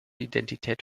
identität